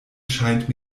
scheint